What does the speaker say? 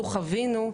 אנחנו חווינו,